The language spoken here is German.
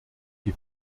die